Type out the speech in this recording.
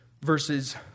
verses